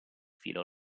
filo